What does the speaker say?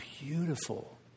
beautiful